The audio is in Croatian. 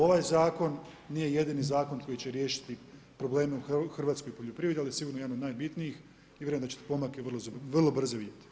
Ovaj zakon nije jedini zakon koji će riješiti probleme u hrvatskoj poljoprivredi ali je sigurno jedan od najbitniji i vjerujem da ćete pomake vrlo brzo vidjeti.